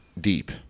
deep